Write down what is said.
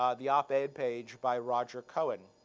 um the op-ed page by roger cohen.